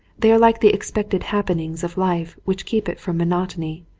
they are like the expected happenings of life which keep it from monotony,